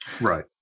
Right